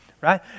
Right